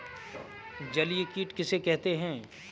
जलीय कीट किसे कहते हैं?